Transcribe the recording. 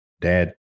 dad